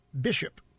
Bishop